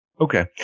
Okay